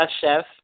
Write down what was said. chef